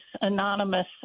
anonymous